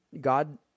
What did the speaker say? God